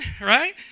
right